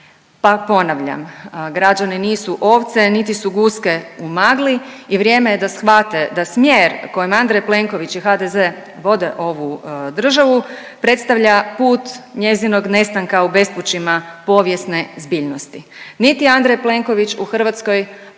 Pa ponavljam, građani nisu ovce niti su guske u magli i vrijeme je da shvate da smjer kojim Andrej Plenković i HDZ vode ovu državu, predstavlja put njezinog nestanka u bespućima povijesne zbiljnosti. Niti Andrej Plenković u Hrvatskoj,